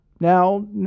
Now